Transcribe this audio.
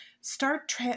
start